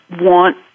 want